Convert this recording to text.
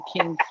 King